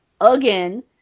again